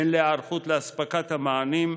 הן להיערכות לאספקת המענים,